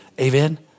Amen